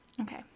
Okay